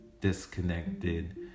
Disconnected